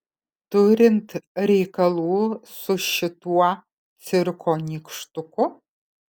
turint reikalų su šituo cirko nykštuku